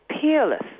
peerless